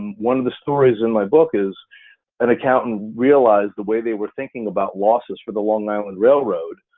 one of the stories in my book is an accountant realized the way they were thinking about losses for the long island railroad,